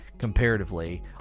Comparatively